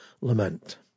Lament